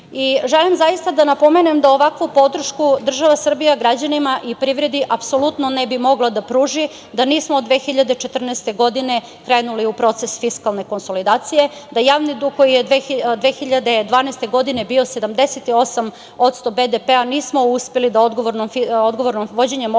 zaista da napomenem da ovakvu podršku država Srbija građanima i privredi apsolutno ne bi mogla da pruži da nismo 2014. godine krenuli u proces fiskalne konsolidacije, da javni dug koji je 2012. godine bio 78% BDP, mi smo uspeli da vođenjem odgovorne